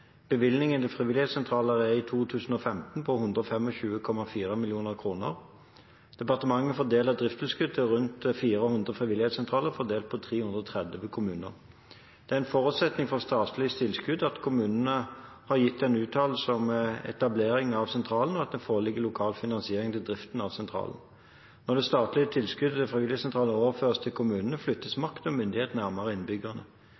Bevilgningen til frivillighetssentralene er i 2015 på 125,4 mill. kr. Departementet fordeler driftstilskudd til rundt 400 frivilligsentraler fordelt på 330 kommuner. Det er en forutsetning for statlig tilskudd at kommunene har gitt en uttalelse om etableringen av sentralen, og at det foreligger lokal finansiering til driften av sentralen. Når det statlige tilskuddet til frivillighetssentralene overføres til kommunene, flyttes makt og myndighet nærmere innbyggerne.